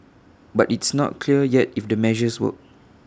but it's not clear yet if the measures work